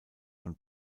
von